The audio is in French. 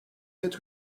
être